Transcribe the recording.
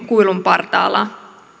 kuilun partaalla